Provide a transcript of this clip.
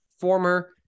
former